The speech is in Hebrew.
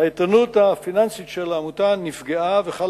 האיתנות הפיננסית של העמותה נפגעה וחלה